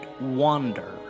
wander